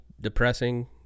depressing